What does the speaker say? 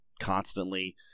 constantly